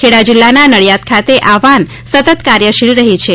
ખેડા જિલાના નડિયાદ ખાતે આ વાન સતત કાર્યશીલ રહી છે